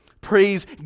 Praise